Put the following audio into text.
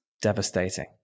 Devastating